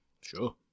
Sure